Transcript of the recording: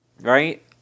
Right